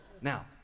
Now